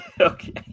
Okay